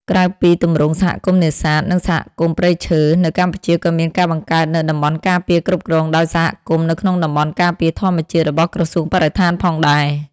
ក្រៅពីទម្រង់សហគមន៍នេសាទ និងសហគមន៍ព្រៃឈើ នៅកម្ពុជាក៏មានការបង្កើតនូវ តំបន់ការពារគ្រប់គ្រងដោយសហគមន៍ នៅក្នុងតំបន់ការពារធម្មជាតិរបស់ក្រសួងបរិស្ថានផងដែរ។